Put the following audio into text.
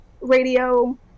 Radio